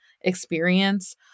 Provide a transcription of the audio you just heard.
experience